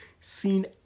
seen